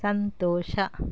ಸಂತೋಷ